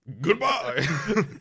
Goodbye